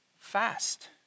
Fast